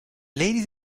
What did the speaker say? ladies